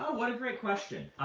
ah what a great question.